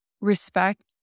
respect